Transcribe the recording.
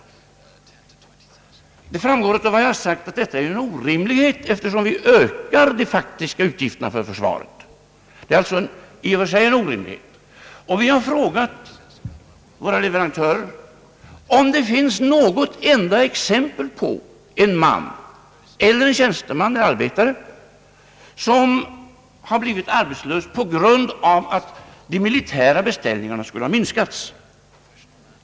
Av vad jag anfört framgår att detta är en orimlighet, eftersom de faktiska utgifterna för försvaret ökas. Vi har frågat våra leverantörer, om det finns något enda exempel på en tjänsteman eller arbetare som har blivit arbetslös på grund av att de militära beställningarna skulle ha minskats.